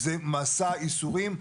זה מסע ייסורים,